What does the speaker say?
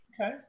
okay